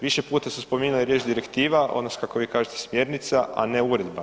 Više puta su spominjali riječ direktiva odnosno kako vi kažete smjernica, a ne uredba.